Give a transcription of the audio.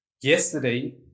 yesterday